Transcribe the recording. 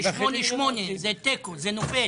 זה 8-8, זה תיקו, זה נופל.